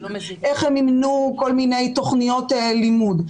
איך הם מימנו כל מיני תכניות לימוד,